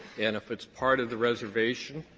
and if it's part of the reservation,